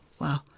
wow